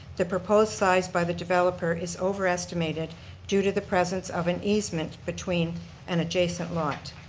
the proposed size by the developer is overestimated due to the presence of an easement between an adjacent lot.